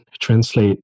translate